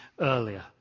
earlier